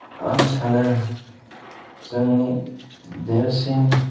आं सानो जोंनि देरसिन